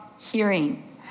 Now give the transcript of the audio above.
hearing